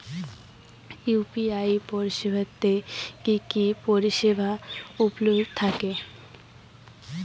UPI পরিষেবা তে কি কি পরিষেবা উপলব্ধি থাকে?